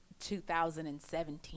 2017